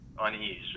unease